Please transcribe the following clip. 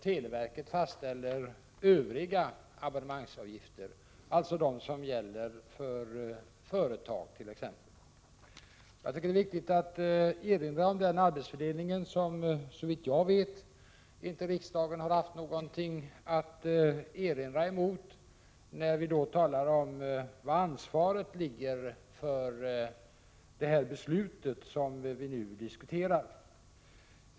Televerket fastställer övriga abonnemangsavgifter, alltså de som gäller exempelvis för företag. Jag tycker det är viktigt att påminna om den arbetsfördelningen, som såvitt jag vet riksdagen inte haft någonting att erinra emot, när vi talar om var ansvaret ligger för det beslut som vi nu diskuterar.